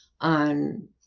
on